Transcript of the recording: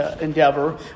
endeavor